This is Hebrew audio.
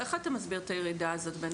איך אתה מסביר את הירידה הזאת?